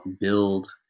build